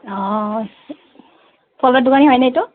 অঁ দোকানী হয়নে এইটো